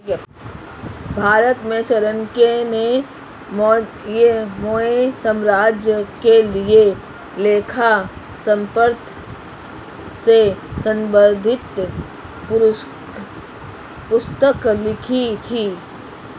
भारत में चाणक्य ने मौर्य साम्राज्य के लिए लेखा शास्त्र से संबंधित पुस्तक लिखी थी